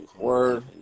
Word